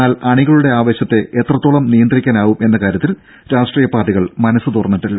എന്നാൽ അണികളുടെ ആവേശത്തെ എത്രത്തോളം നിയന്ത്രിക്കാനാവും എന്ന കാര്യത്തിൽ രാഷ്ട്രീയപാർട്ടികൾ മനസ്സ് തുറന്നിട്ടില്ല